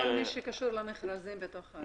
כל מי שקשור למכרזים בתוך העירייה.